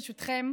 ברשותכם,